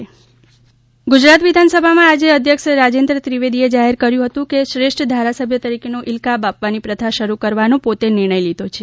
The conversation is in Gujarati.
શ્રેષ્ઠ ધારાસભ્ય ઇલકાબ ગુજરાત વિધાનસભામાં આજે અધ્યક્ષ રાજેન્દ્ર ત્રિવેદીએ જાહેર કર્યુ હતું કે શ્રેષ્ઠ ધારાસભ્ય તરીકેનો ઇલકાબ આપવાની પ્રથા શરૂ કરવાનો પોતે નિર્ણય લીધો છે